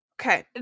Okay